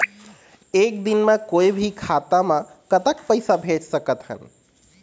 एक दिन म कोई भी खाता मा कतक पैसा भेज सकत हन?